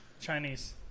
chinese